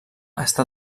està